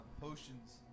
potions